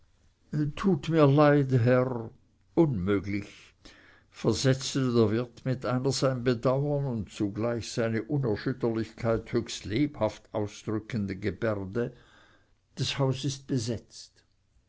tut mir leid herr unmöglich versetzte der wirt mit einer sein bedauern und zugleich seine unerschütterlichkeit höchst lebhaft ausdrückenden gebärde das haus ist besetzt